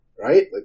right